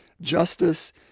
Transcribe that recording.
justice